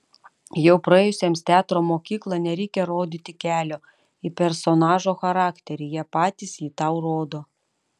jau praėjusiems teatro mokyklą nereikia rodyti kelio į personažo charakterį jie patys jį tau rodo